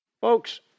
Folks